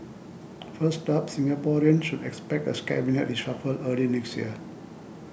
first up Singaporeans should expect a Cabinet reshuffle early next year